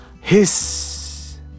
hiss